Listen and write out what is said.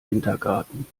wintergarten